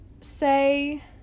say